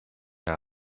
how